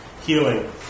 healing